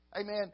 Amen